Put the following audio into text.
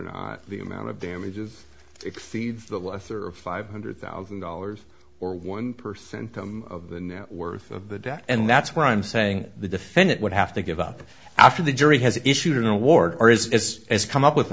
not the amount of damages exceeds the lesser of five hundred thousand dollars or one percent come of the net worth of the debt and that's what i'm saying the defendant would have to give up after the jury has issued an award or is has come up with